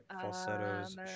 Falsettos